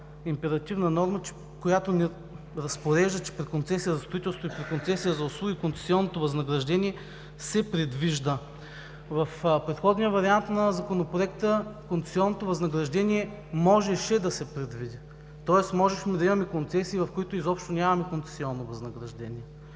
императивна норма, която разпорежда, че при концесия за строителство и при концесия за услуги, концесионно възнаграждение се предвижда. В предходния вариант на Законопроекта, концесионното възнаграждение можеше да се предвиди, тоест можехме да имаме концесии, в които изобщо нямахме концесионно възнаграждение.